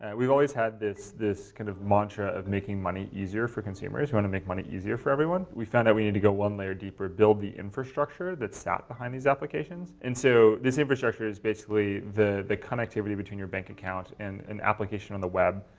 and we've always had this this kind of mantra of making money easier for consumers. we want to make money easier for everyone. we found that we need to go one layer deeper, build the infrastructure that's not behind these applications. and so this infrastructure is basically the the connectivity between your bank account and an application on the web.